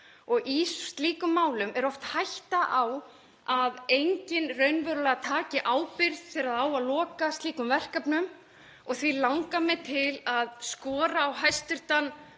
og í slíkum málum er oft hætta á að enginn raunverulega taki ábyrgð þegar á að loka slíkum verkefnum. Því langar mig til að skora á hæstv.